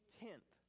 tenth